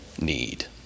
need